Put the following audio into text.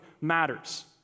matters